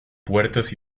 puertas